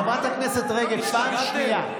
חברת הכנסת רגב, פעם שנייה.